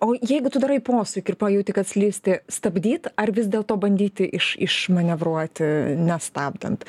o jeigu tu darai posūkį ir pajauti kad slysti stabdyt ar vis dėlto bandyti iš išmanevruoti nestabdant